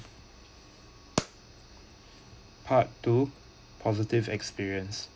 part two positive experience